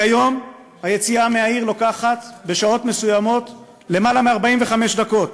כיום היציאה מהעיר לוקחת בשעות מסוימות למעלה מ-45 דקות,